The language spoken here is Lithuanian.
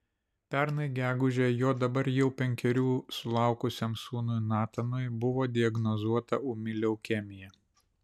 pernai gegužę jo dabar jau penkerių sulaukusiam sūnui natanui buvo diagnozuota ūmi leukemija